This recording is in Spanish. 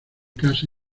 casa